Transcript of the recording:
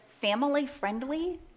family-friendly